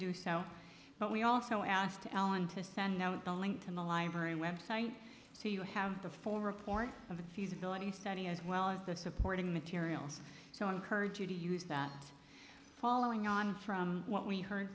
do so but we also asked ellen to send no it don't link to the library website so you have the form report of the feasibility study as well as the supporting materials so i encourage you to use that following on from what we heard